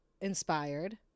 inspired